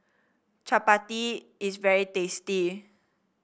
chappati is very tasty